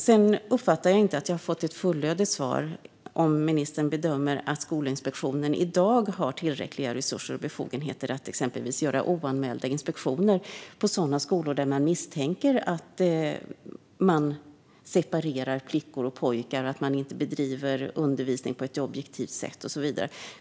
Jag uppfattar inte att jag har fått ett fullödigt svar gällande om ministern bedömer att Skolinspektionen i dag har tillräckliga resurser och befogenheter att exempelvis göra oanmälda inspektioner på skolor där man misstänker att flickor och pojkar separeras, att undervisning inte bedrivs på ett objektivt sätt och så vidare.